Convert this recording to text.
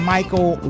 Michael